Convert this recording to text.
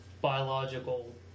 biological